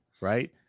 right